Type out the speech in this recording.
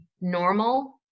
normal